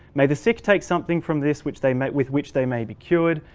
may the sick take something from this which they make with which they may be cured,